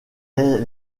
est